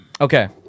Okay